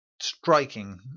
striking